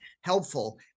helpful